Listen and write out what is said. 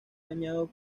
dañado